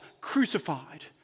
crucified